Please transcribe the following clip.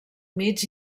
mig